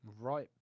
right